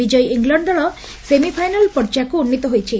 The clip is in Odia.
ବିଜୟୀ ଇଂଲଣ୍ଡ ଦଳ ସେମିଫାଇନାଲ ପର୍ଯ୍ୟାୟକୁ ଉନ୍ନୀତି ହୋଇଛି